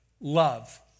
love